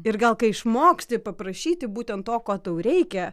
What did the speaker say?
ir gal kai išmoksti paprašyti būtent to ko tau reikia